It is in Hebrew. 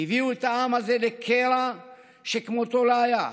הביאו את העם הזה לקרע שכמותו לא היה,